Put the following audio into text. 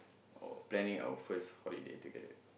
or planning our first holiday together